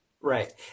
Right